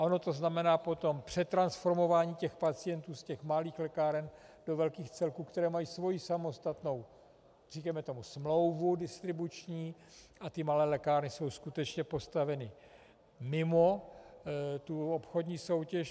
Ono to potom znamená přetransformování pacientů z malých lékáren do velkých celků, které mají svoji samostatnou, říkejme tomu smlouvu distribuční, a ty malé lékárny jsou skutečně postaveny mimo tu obchodní soutěž.